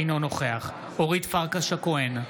אינו נוכח אורית פרקש הכהן,